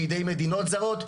בידי מדינות זרות.